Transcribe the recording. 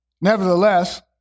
Nevertheless